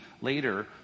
later